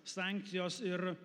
sankcijos ir